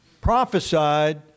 prophesied